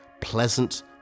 pleasant